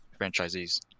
franchisees